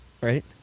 right